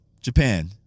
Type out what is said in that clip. Japan